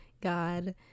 God